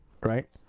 Right